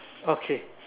okay